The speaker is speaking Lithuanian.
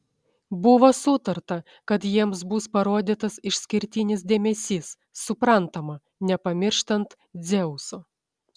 buvo sutarta kad jiems bus parodytas išskirtinis dėmesys suprantama nepamirštant dzeuso